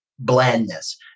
blandness